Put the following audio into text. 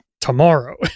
tomorrow